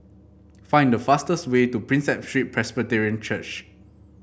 find the fastest way to Prinsep Street Presbyterian Church